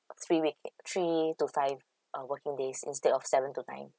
three week three to five uh working days instead of seven to nine